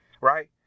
Right